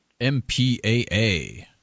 MPAA